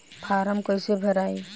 Form कईसे भराई?